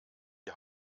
die